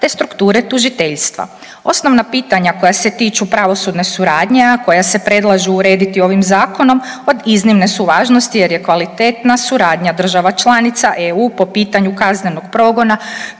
te strukture tužiteljstva. Osnovna pitanja koja se tiču pravosudne suradnje, a koja se predlažu urediti ovim Zakonom od iznimne su važnosti jer je kvalitetna suradnja država članica EU po pitanju kaznenog progona